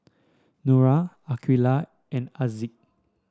Nura Aqilah and Aziz